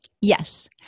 Yes